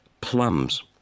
plums